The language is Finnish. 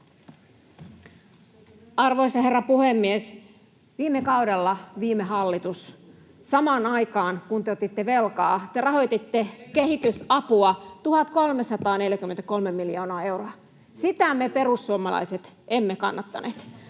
Arvoisa herra puhemies! Viime kaudella viime hallitus, samaan aikaan, kun te otitte velkaa, rahoitti kehitysapua 1 343 miljoonalla eurolla. Sitä me perussuomalaiset emme kannattaneet.